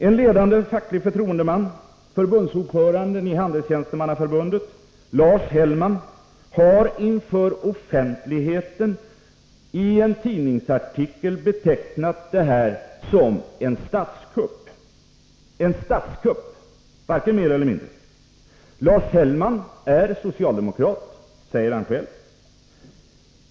En ledande facklig förtroendeman, förbundsordföranden i Handelstjänstemannaförbundet Lars Hellman, har inför offentligheten i en tidningsartikel betecknat det här som en statskupp — varken mer eller mindre. Lars Hellman är socialdemokrat — det har han sagt själv.